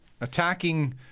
Attacking